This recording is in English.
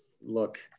Look